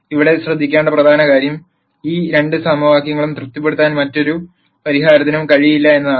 ഇവിടെ ശ്രദ്ധിക്കേണ്ട പ്രധാന കാര്യം ഈ രണ്ട് സമവാക്യങ്ങളും തൃപ്തിപ്പെടുത്താൻ മറ്റൊരു പരിഹാരത്തിനും കഴിയില്ല എന്നതാണ്